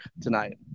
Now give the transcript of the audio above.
tonight